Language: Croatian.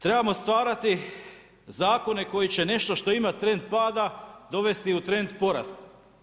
Trebamo stvarati zakone koji će nešto što ima trend pada dovesti u trend porasta.